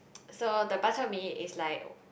so the bak-chor-mee is like